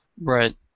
Right